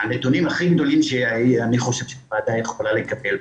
הנתונים הכי --- שאני חושב שהוועדה יכולה לקבל.